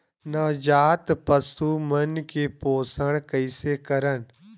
नवजात पशु मन के पोषण कइसे करन?